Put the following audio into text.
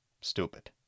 stupid